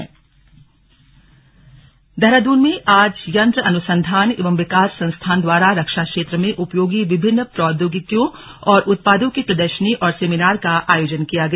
seminar Dehradun में आज यंत्र अनुसंधान एवं विकास संस्थान द्वारा रक्षा क्षेत्र में उपयोगी विभिन्न प्रौद्योगिकियों और उत्पादों की प्रदर्शनी और सेमिनार का आयोजन किया गया